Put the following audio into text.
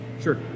Sure